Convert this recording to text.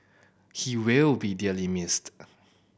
he will be dearly missed